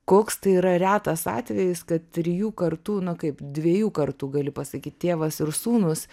koks tai yra retas atvejis kad trijų kartų nu kaip dviejų kartų gali pasakyt tėvas ir sūnūs